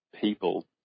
people